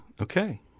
Okay